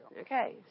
Okay